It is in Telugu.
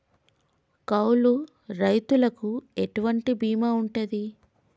కౌలు రైతులకు ఎటువంటి బీమా ఉంటది?